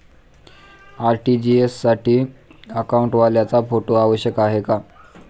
RTGS साठी अकाउंटवाल्याचा photo आवश्यक आहे का?